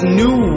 new